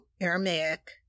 Aramaic